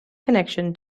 connection